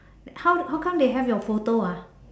how how come they have your photo ah